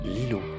LILO